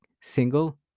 single